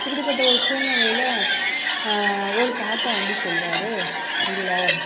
இப்படி பட்ட ஒரு சூழ்நிலையில ஒரு தாத்தா வந்து சொல்லுறாரு இல்லை